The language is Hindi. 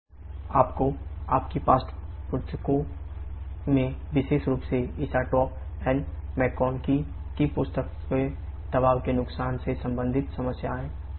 आपको अपनी पाठ्यपुस्तकों में विशेष रूप से Eastop and McConkey की पुस्तक में दबाव के नुकसान से संबंधित समस्याएं हो सकती हैं